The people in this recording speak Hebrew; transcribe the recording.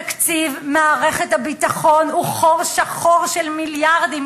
תקציב מערכת הביטחון הוא חור שחור של מיליארדים,